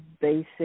basic